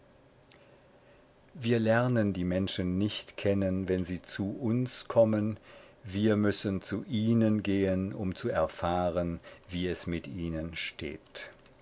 wir lernen die menschen nicht kennen wenn sie zu uns kommen wir müssen zu ihnen gehen um zu er fahren wie es mit ihnen steht